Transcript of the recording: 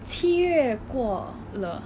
七月过了